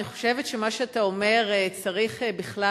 אני חושבת שמה שאתה אומר צריך בכלל